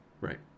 Right